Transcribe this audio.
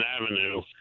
Avenue